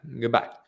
Goodbye